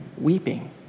weeping